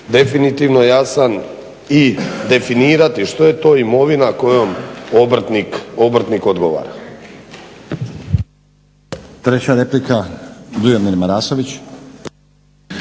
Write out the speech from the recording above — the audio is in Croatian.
definitivno jasan i definirati što je to imovina kojom obrtnik odgovara.